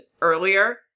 earlier